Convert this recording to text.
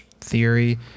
Theory